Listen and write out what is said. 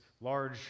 large